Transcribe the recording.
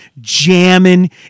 jamming